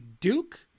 Duke